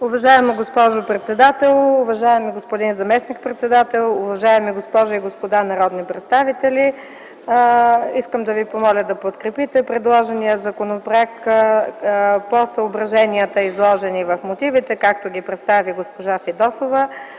Уважаема госпожо председател, уважаеми господин заместник-председател, уважаеми госпожи и господа народни представители! Искам да ви помоля да подкрепите предложения законопроект по съображенията, изложени в мотивите, както ги представи госпожа Фидосова.